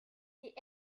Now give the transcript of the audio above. die